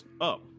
up